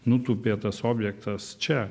nutupė tas objektas čia